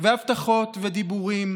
והבטחות ודיבורים,